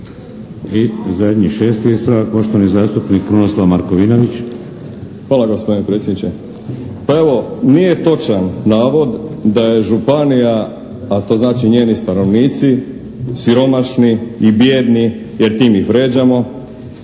I zadnji šesti ispravak poštovani zastupnik Krunoslav Markovinović. **Markovinović, Krunoslav (HDZ)** Hvala gospodine predsjedniče. Pa evo, nije točan navod da je županija a to znači njeni stanovnici siromašni i bijedni jer time ih vrijeđamo